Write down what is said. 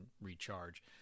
recharge